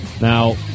Now